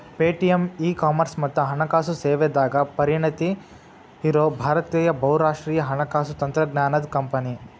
Paytm e commerce ಮತ್ತ ಹಣಕಾಸು ಸೇವೆದಾಗ ಪರಿಣತಿ ಇರೋ ಭಾರತೇಯ ಬಹುರಾಷ್ಟ್ರೇಯ ಹಣಕಾಸು ತಂತ್ರಜ್ಞಾನದ್ ಕಂಪನಿ